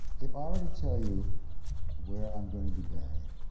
if i were to tell you where i'm gonna be buried,